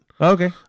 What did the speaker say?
Okay